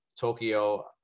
Tokyo